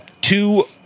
Two